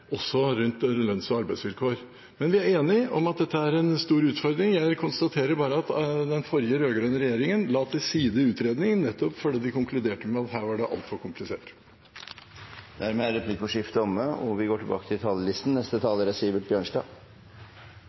også forholder seg til at det er flagglandet som bestemmer lønns- og arbeidsvilkår. Men vi er enige om at dette er en stor utfordring. Jeg konstaterer bare at den forrige regjeringen – den rød-grønne – la til side utredningen nettopp fordi de konkluderte med at dette var altfor komplisert. Replikkordskiftet er omme. Norge er